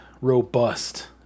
robust